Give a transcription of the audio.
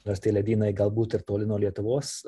nors tie ledynai galbūt ir toli nuo lietuvos